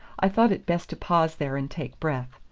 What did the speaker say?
i thought it best to pause there and take breath.